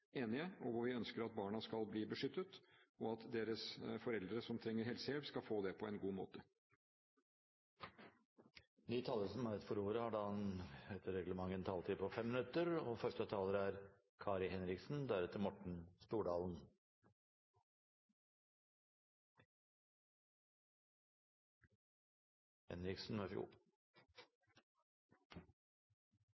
enige, og hvor vi ønsker at barna skal bli beskyttet, og at deres foreldre, som trenger helsehjelp, skal få det på en god måte. Takk til interpellanten, som tar opp et viktig tema. Jeg synes helse- og omsorgsministeren redegjorde godt for hva som er gjort og hvilken retning dette arbeidet styres i. Jeg er